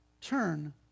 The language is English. turn